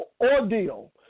ordeal